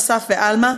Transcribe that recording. אסף ואלמה,